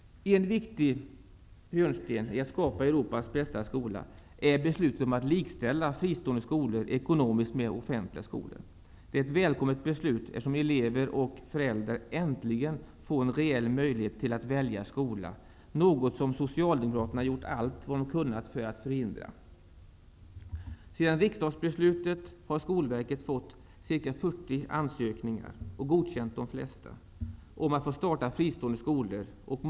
En viktig hörnsten i detta bygge, att skapa Europas bästa skola, är beslutet om att likställa fristående skolor ekonomiskt med offentliga skolor. Det är ett välkommet beslut eftersom elever och föräldrar äntligen får en reell möjlighet att välja skola, något som Socialdemokraterna gjort allt vad de kunnat för att förhindra. Sedan detta riksdagsbeslut fattades har Skolverket fått ca 40 ansökningar om att få starta fristående skolor. De flesta av dessa har godkänts.